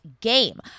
game